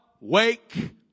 wake